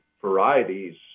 varieties